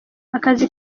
akazi